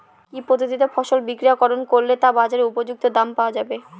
কি পদ্ধতিতে ফসল প্রক্রিয়াকরণ করলে তা বাজার উপযুক্ত দাম পাওয়া যাবে?